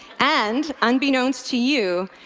and unbeknownst to you,